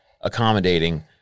accommodating